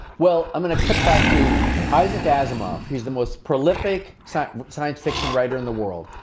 well, i'm gonna cut back to isaac asimov he's the most prolific science science fiction writer in the world.